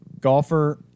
golfer